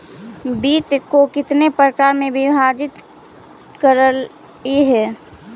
वित्त को कितने प्रकार में विभाजित करलइ हे